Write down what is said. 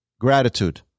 gratitude